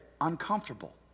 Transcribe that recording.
uncomfortable